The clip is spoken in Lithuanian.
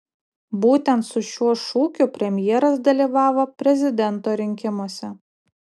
būtent su šiuo šūkiu premjeras dalyvavo prezidento rinkimuose